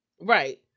Right